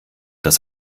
das